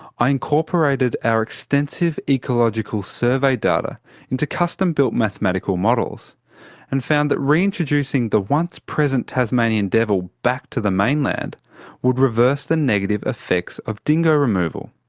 i incorporated our extensive ecological survey data into custom-built mathematical models and found that reintroducing the once present tasmanian devil back to the mainland would reverse the negative effects of dingo removal.